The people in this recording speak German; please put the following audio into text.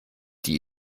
die